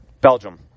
Belgium